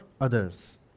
others